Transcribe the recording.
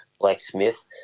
blacksmith